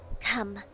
come